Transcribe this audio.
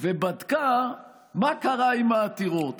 ובדקה מה קרה עם העתירות,